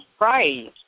Right